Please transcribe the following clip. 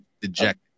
dejected